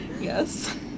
Yes